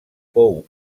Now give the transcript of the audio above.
fou